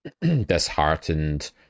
disheartened